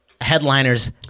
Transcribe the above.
headliners